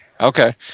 Okay